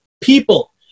people